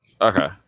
Okay